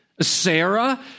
Sarah